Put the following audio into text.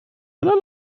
einer